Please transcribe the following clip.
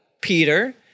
Peter